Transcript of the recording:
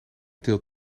deelt